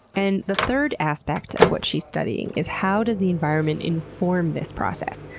and the third aspect of what she's studying is how does the environment inform this process?